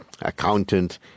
accountant